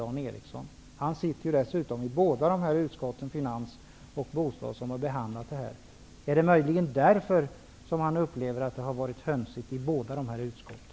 Dan Eriksson sitter ju dessutom i både finansutskottet och bostadsutskottet, som har behandlat den här frågan. Är det möjligen därför som Dan Eriksson upplever det som att det har varit hönsigt i dessa båda utskott?